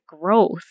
growth